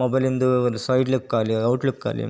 ಮೊಬೈಲಿಂದು ಒಂದು ಸೈಡ್ ಲುಕ್ಕಾಗಲಿ ಔಟ್ ಲುಕ್ಕಾಗಲಿ